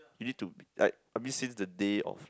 you need to like I mean since the the day of